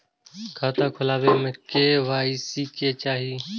खाता खोला बे में के.वाई.सी के चाहि?